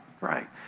Right